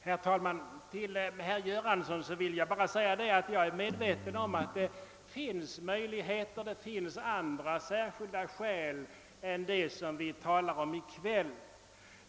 Herr talman! Jag vill säga herr Göransson att jag är medveten om att det finns andra särskilda skäl än dem som vi talar om i kväll.